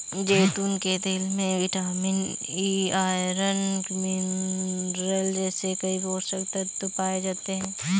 जैतून के तेल में विटामिन ई, आयरन, मिनरल जैसे कई पोषक तत्व पाए जाते हैं